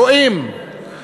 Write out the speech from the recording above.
רואים,